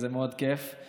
וזה מאוד כיף,